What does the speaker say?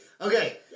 Okay